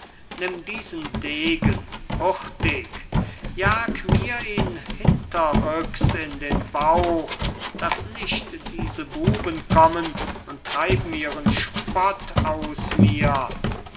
nimm diesen degen hurtig jag mir ihn hinterrücks in den bauch daß nicht diese buben kommen und treiben ihren spott mit mir